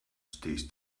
stays